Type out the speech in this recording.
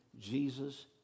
Jesus